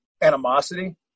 animosity